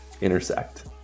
intersect